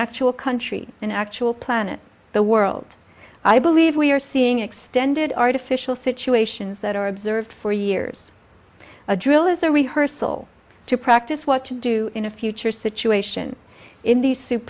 actual country an actual planet the world i believe we are seeing extended artificial situations that are observed for years a drill as a rehearsal to practice what to do in a future situation in the sup